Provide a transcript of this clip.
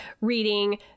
reading